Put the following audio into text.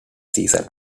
season